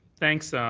thanks,